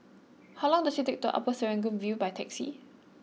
how long does it take to Upper Serangoon View by taxi